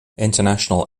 international